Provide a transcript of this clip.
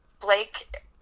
Blake